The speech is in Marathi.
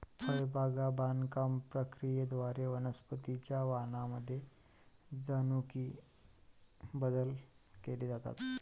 फळबाग बागकाम प्रक्रियेद्वारे वनस्पतीं च्या वाणांमध्ये जनुकीय बदल केले जातात